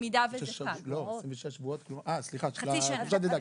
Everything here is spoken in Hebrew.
חצי שנה.